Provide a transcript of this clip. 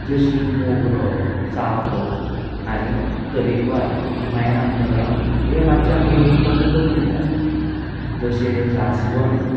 जशीं मोगरो चाफो आनी तरेकवार ती मागीर सांगतलो हांव हें मातशें आमगें उत्पन्न कमी येता जशें जास्वंद